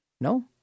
No